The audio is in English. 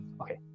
okay